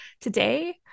Today